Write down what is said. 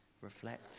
reflect